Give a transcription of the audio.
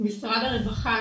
משרד הרווחה,